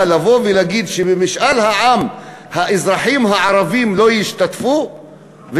שתגיד שהאזרחים הערבים לא ישתתפו במשאל העם?